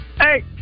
Hey